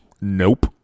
Nope